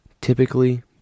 Typically